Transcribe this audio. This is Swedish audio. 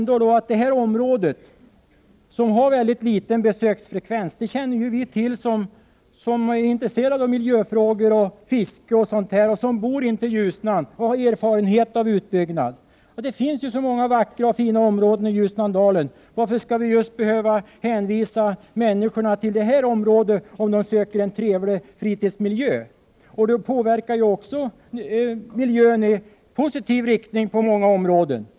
Detta område har mycket liten besöksfrekvens, det känner ju vi till som är intresserade av miljöfrågor och fiske, bor intill Ljusnan och har erfarenhet av utbyggnad. Det finns så många vackra och fina områden i Ljusnandalen, varför skall vi behöva hänvisa människorna till just det här området om de söker en trevlig fritidsmiljö? En utbyggnad påverkar också miljön i positiv riktning på många områden.